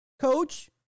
Coach